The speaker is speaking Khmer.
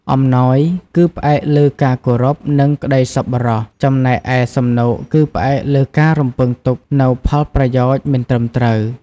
អំណោយ គឺផ្អែកលើការគោរព និងក្ដីសប្បុរស ចំណែកឯសំណូកគឺផ្អែកលើការរំពឹងទុកនូវផលប្រយោជន៍មិនត្រឹមត្រូវ។